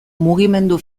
mugimendu